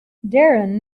darren